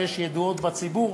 או שיש ידועות בציבור